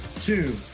two